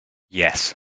yes